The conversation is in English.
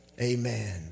amen